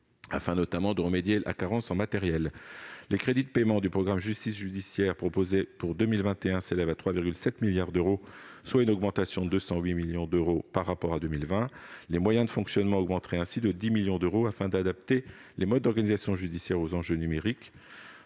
afin, notamment, de remédier à la carence en matériels. Les crédits de paiement du programme 166, « Justice judiciaire », s'élèvent à 3,7 milliards d'euros pour 2021, soit une augmentation de 208 millions d'euros par rapport à 2020. Les moyens de fonctionnement augmenteraient ainsi de 10 millions d'euros, afin d'adapter les modes d'organisation judiciaires aux enjeux numériques,